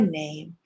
name